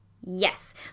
Yes